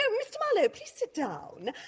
ah mr marlowe, please sit down.